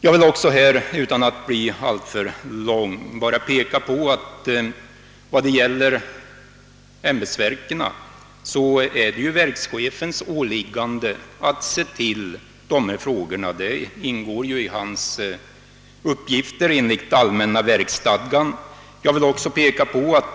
Jag vill också peka på det förhållandet att beträffande ämbetsverken åligger det enligt allmänna verksstadgan verkschefen att ha uppsikt över dessa frågor.